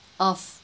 of